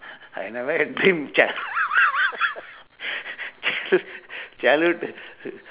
I never had dream chil~ child~ childhood